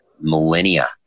millennia